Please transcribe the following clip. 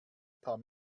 paar